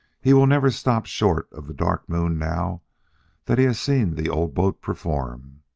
he will never stop short of the dark moon now that he has seen the old boat perform.